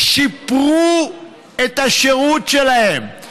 שיפרו את השירות שלהן,